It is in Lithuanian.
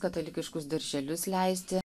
katalikiškus darželius leisti